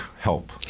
help